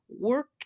work